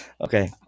Okay